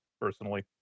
personally